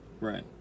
Right